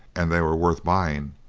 and they were worth buying.